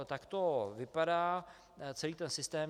Takto vypadá celý ten systém.